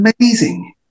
amazing